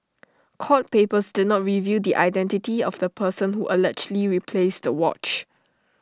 court papers did not reveal the identity of the person who allegedly replaced the watch